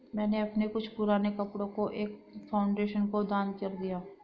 मैंने अपने कुछ पुराने कपड़ो को एक फाउंडेशन को दान कर दिया